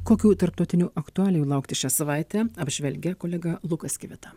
kokių tarptautinių aktualijų laukti šią savaitę apžvelgė kolega lukas kvita